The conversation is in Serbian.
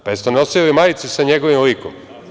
Pa, da li ste nosili majice sa njegovim likom?